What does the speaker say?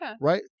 Right